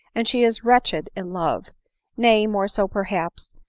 and she is wretched in love nay, more so, perhaps,